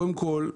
קודם כל,